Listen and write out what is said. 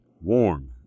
warm